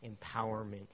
empowerment